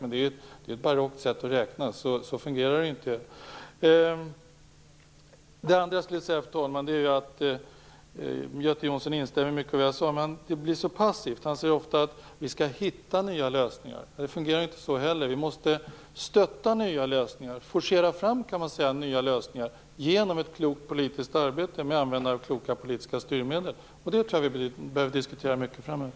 Men det är ett barockt sätt att räkna - så fungerar det inte. Göte Jonsson instämde i mycket av det jag sade, men det blir så passivt. Han säger ofta att vi skall hitta nya lösningar, men det fungerar inte så. Vi måste stötta och forcera fram nya lösningar genom ett klokt politiskt arbete, med användning av kloka politiska styrmedel. Det behöver vi diskutera mycket framöver.